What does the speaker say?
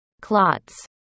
clots